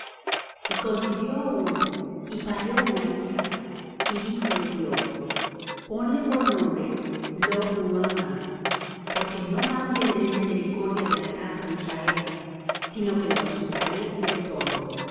y concibió aún y parió una hija y díjole dios ponle por nombre lo ruhama porque no más tendré misericordia de la casa de israel sino que los quitaré del todo